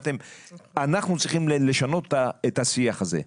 אנחנו צריכים לשנות את השיח הזה.